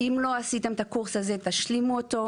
אם הם לא עשו קורס זה, הם צריכים להשלים אותו.